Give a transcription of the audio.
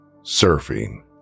Surfing